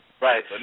Right